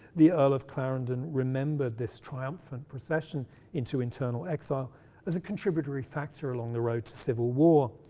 the earl of clarendon remembered this triumphant procession into internal exile as a contributory factor along the road to civil war,